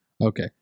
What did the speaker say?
Okay